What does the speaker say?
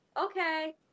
okay